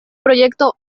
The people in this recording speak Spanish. proyecto